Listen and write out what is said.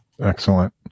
excellent